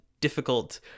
difficult